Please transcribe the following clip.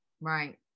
right